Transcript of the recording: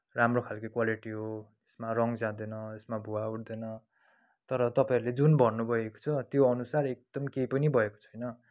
राम्रो खालके क्वालिटी हो यसमा रङ् जाँदैन यसमा भुवा उठ्दैन तर तपाईँहरूले जुन भन्नु भएको छ त्यो अनुसार एकदमै केही पनि भएको छैन